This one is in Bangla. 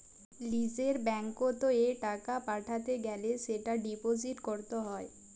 লিজের ব্যাঙ্কত এ টাকা পাঠাতে গ্যালে সেটা ডিপোজিট ক্যরত হ্য়